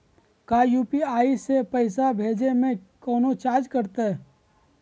का यू.पी.आई से पैसा भेजे में कौनो चार्ज कटतई?